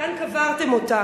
וכאן קברתם אותה.